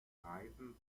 reifen